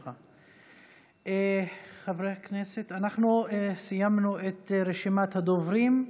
אנחנו סיימנו את רשימת הדוברים.